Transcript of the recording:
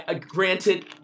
granted